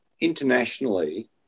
Internationally